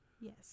Yes